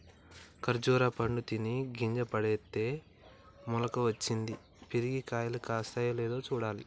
ఖర్జురా పండు తిని గింజ పెడితే మొలక వచ్చింది, పెరిగి కాయలు కాస్తాయో లేదో చూడాలి